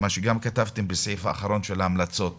כפי שכתבתם בסעיף האחרון בהמלצות שלכם.